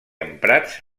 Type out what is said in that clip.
emprats